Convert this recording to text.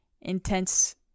intense